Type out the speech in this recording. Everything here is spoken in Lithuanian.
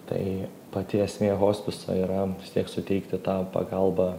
tai pati esmė hospiso yra vis tiek suteikti tą pagalbą